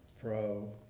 pro